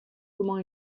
comment